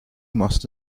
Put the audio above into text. must